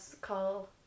call